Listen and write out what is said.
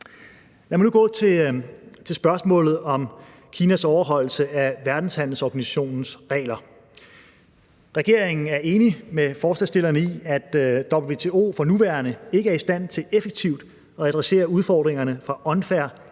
Lad mig nu gå til spørgsmålet om Kinas overholdelse af verdenshandelsorganisationens regler. Regeringen er enig med forslagsstillerne i, at WTO for nuværende ikke er i stand til effektivt at adressere udfordringerne fra unfair